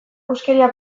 huskeria